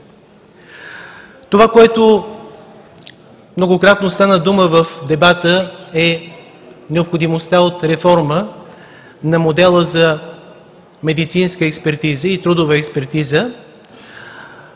Това, за което многократно стана дума в дебата, е необходимостта от реформа на модела за медицинска и трудова експертиза.